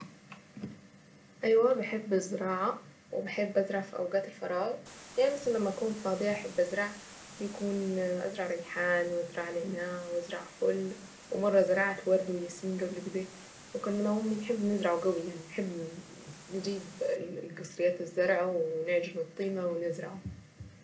ايوة بحب الزراعة وبحب ازرع في اوقات الفراغ يعني مثلا لما اكون فاضية احب ازرع بيكون ازرع ريحان وازرع نعناع وازرع فل ومرة زراعة ورد وياسمين قبل كده وكنا من امي نحب نزرع قوي يعني نحب نجيب قصريات الزرع ونعجنو الطينة ونزرعو.